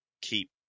keep